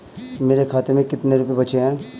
मेरे खाते में कितने रुपये बचे हैं?